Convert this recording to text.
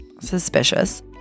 suspicious